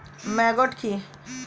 Maggot কি?